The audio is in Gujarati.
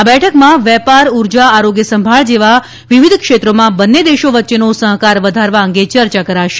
આ બેઠકમાં વેપાર ઉર્જા આરોગ્ય સંભાળ જેવા વિવિધ ક્ષેત્રોમાં બંને દેશો વચ્ચેનો સહકાર વધારવા અંગે ચર્ચા કરાશે